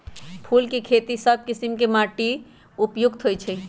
फूल के खेती सभ किशिम के माटी उपयुक्त होइ छइ